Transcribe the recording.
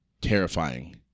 terrifying